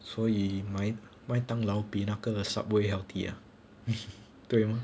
所以买麦当劳比那个 subway healthy ah 对吗